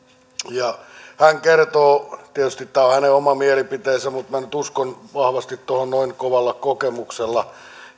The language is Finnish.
hän kertoo tietysti tämä on hänen oma mielipiteensä mutta minä nyt uskon vahvasti tuohon noin kovalla kokemuksella